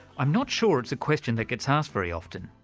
i'm not sure it's a question that gets asked very often.